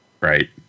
Right